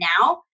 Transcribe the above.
now